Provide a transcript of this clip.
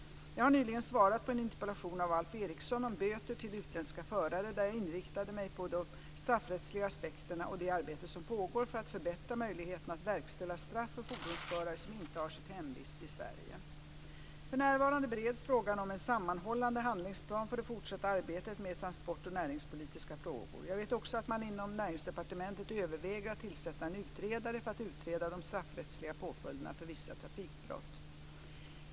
Jag har nyligen svarat på en interpellation av Alf Eriksson om böter till utländska förare där jag inriktade mig på de straffrättsliga aspekterna och det arbete som pågår för att förbättra möjligheterna att verkställa straff för fordonsförare som inte har sitt hemvist i Sverige. För närvarande bereds frågan om en sammanhållande handlingsplan för det fortsatta arbetet med transport och näringspolitiska frågor. Jag vet också att man inom Näringsdepartementet överväger att tillsätta en utredare för att utreda de straffrättsliga påföljderna för vissa trafikbrott.